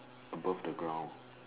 above the ground